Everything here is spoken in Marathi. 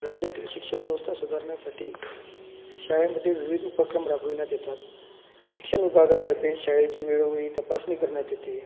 राज्यातील शिक्षणव्यवस्था सुधारण्यासाठी शाळेमध्ये विविध उपक्रम राबविण्यात येतात शिक्षण विभागातर्फे शाळेची वेळोवेळी तपासणी करण्यात येते